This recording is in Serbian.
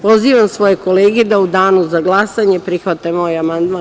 Pozivam svoje kolege da u danu za glasanje prihvate moj amandman.